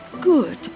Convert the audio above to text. good